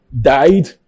died